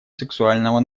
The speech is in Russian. сексуального